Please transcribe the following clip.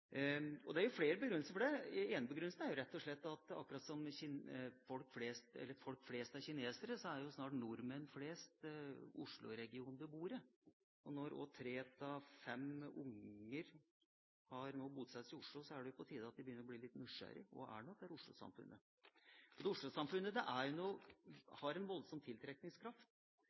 Det er flere begrunnelser for det. Den ene begrunnelsen er rett og slett at akkurat som folk flest er kinesere, er snart nordmenn flest osloregionbeboere. Når tre av fem unger har bosted i Oslo, er det på tide å begynne å bli litt nysgjerrig på hva Oslo-samfunnet er. Oslo-samfunnet har en voldsom tiltrekningskraft. Jeg tror at noen av de store utfordringene i Oslo-samfunnet er knyttet til bl.a. inkludering, at det er en delt by, at det er en